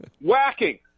whacking